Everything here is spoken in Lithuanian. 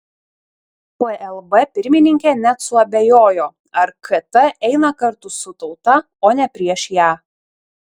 plb pirmininkė net suabejojo ar kt eina kartu su tauta o ne prieš ją